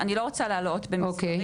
אני לא רוצה להלאות במספרים.